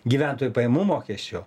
gyventojų pajamų mokesčio